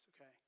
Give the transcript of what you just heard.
Okay